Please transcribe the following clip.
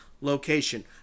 location